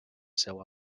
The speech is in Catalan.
seua